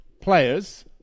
players